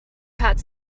pat